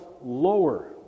lower